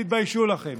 תתביישו לכם.